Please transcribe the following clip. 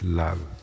love